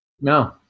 No